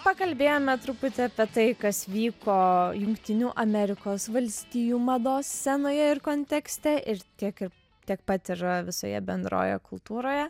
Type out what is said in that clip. pakalbėjome truputį apie tai kas vyko jungtinių amerikos valstijų mados scenoje ir kontekste ir tiek ir tiek pat ir visoje bendrojoje kultūroje